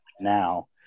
now